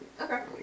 Okay